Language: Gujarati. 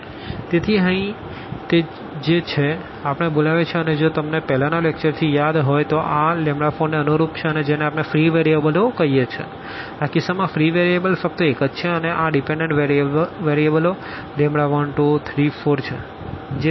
b0 0 0 તેથી અહીં તે છે જેને આપણે બોલાવીએ છીએ અને જો તમને પહેલાના લેકચર થી તમને યાદ હોય તો આ 4ને અનુરૂપ છે અને જેને આપણે ફ્રી વેરીએબલો કહીએ છીએ આ કિસ્સામાં ફ્રી વેરીએબલ ફક્ત એક જ છે અને આ ડીપેનડન્ટ વેરીએબલો 1 2 3 4છે